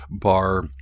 bar